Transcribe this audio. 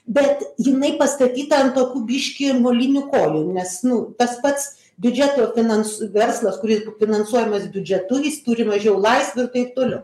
bet jinai pastatyta ant tokių biškį molinių kojų nes nu tas pats biudžeto ir finans verslas kuri finansuojamas biudžetu jis turi mažiau laisvių ir taip toliau